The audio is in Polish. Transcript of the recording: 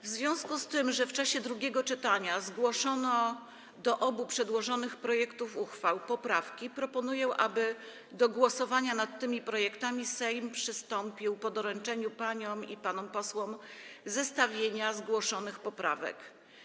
W związku z tym, że w czasie drugiego czytania zgłoszono do obu przedłożonych projektów uchwał poprawki, proponuję, aby do głosowania nad tymi projektami Sejm przystąpił po doręczeniu paniom i panom posłom zestawienia zgłoszonych poprawek.